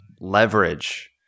leverage